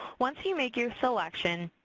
once you make your selection,